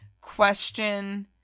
question